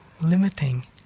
limiting